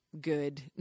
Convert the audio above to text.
good